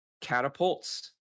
catapults